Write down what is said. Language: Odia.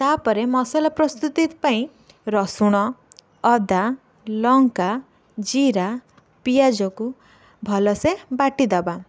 ତାପରେ ମସଲା ପ୍ରସ୍ତୁତି ପାଇଁ ରସୁଣ ଅଦା ଲଙ୍କା ଜିରା ପିଆଜକୁ ଭଲସେ ବାଟିଦେବା